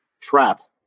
trapped